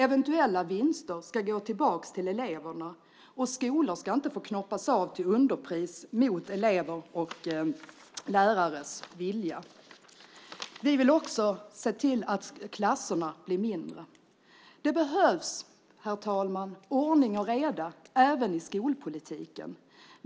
Eventuella vinster ska gå tillbaka till eleverna, och skolor ska inte knoppas av till underpris mot elevers och lärares vilja. Vi vill också se till att klasserna blir mindre. Det behövs, herr talman, ordning och reda även i skolpolitiken.